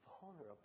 vulnerable